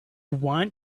want